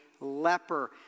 leper